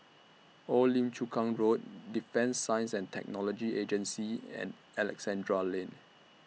Old Lim Chu Kang Road Defence Science and Technology Agency and Alexandra Lane